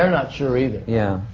um not sure either. yeah.